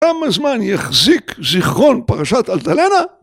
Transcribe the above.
כמה זמן יחזיק זיכרון פרשת אלטלנה?